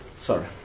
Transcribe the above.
Sorry